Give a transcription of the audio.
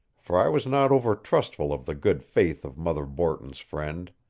for i was not over-trustful of the good faith of mother borton's friend.